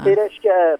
tai reiškia